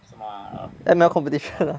M_L competition ah